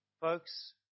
Folks